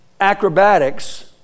acrobatics